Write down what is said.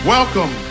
Welcome